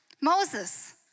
Moses